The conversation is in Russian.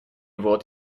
вот